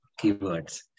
keywords